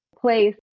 place